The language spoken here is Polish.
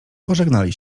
pożegnali